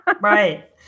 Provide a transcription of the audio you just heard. Right